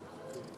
עמר בר-לב,